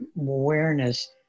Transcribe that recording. awareness